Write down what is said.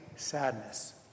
sadness